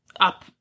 up